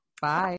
Bye